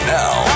now